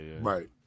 Right